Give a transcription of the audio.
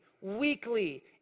weekly